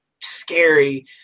scary